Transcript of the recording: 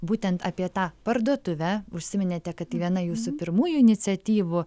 būtent apie tą parduotuvę užsiminėte kad tai viena jūsų pirmųjų iniciatyvų